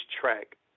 track